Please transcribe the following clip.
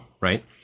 right